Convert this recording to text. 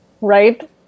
Right